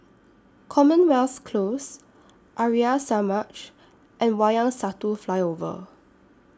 Commonwealth Close Arya Samaj and Wayang Satu Flyover